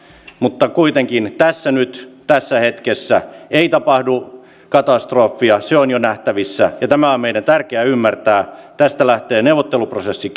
mutta kuitenkaan tässä nyt tässä hetkessä ei tapahdu katastrofia se on jo nähtävissä ja tämä on meidän tärkeä ymmärtää tästä lähtee neuvotteluprosessi